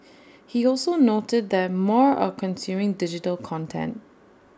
he also noted that more are consuming digital content